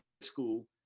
school